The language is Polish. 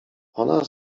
ona